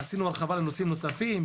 עשינו הרחבה לנושאים נוספים,